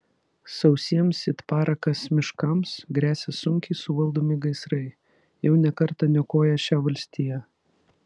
sausiems it parakas miškams gresia sunkiai suvaldomi gaisrai jau ne kartą niokoję šią valstiją